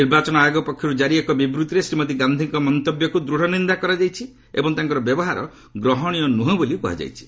ନିର୍ବାଚନ ଆୟୋଗ ପକ୍ଷରୁ ଜାରୀ ଏକ ବିବୃତ୍ତିରେ ଶ୍ରୀମତୀ ଗାନ୍ଧିଙ୍କ ମନ୍ତବ୍ୟକୁ ଦୂଢ଼ ନିନ୍ଦା କରାଯାଇଛି ଏବଂ ତାଙ୍କର ବ୍ୟବହାର ଗ୍ରହଣୀୟ ନୁହେଁ ବୋଲି କୁହାଯାଇଛି